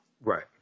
Right